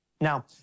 Now